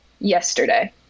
yesterday